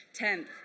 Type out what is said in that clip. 10th